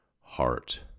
heart